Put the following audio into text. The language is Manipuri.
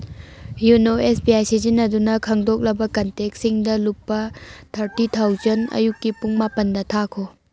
ꯌꯣꯅꯣ ꯑꯦꯁ ꯕꯤ ꯑꯥꯏ ꯁꯤꯖꯤꯟꯅꯗꯨꯅ ꯈꯟꯗꯣꯛꯂꯕ ꯀꯟꯇꯦꯛꯁꯤꯡꯗ ꯂꯨꯄꯥ ꯊꯔꯇꯤ ꯊꯥꯎꯖꯟ ꯑꯌꯨꯛꯀꯤ ꯄꯨꯡ ꯃꯥꯄꯟꯗ ꯊꯥꯈꯣ